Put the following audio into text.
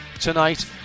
tonight